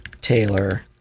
Taylor